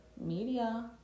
media